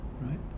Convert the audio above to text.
Right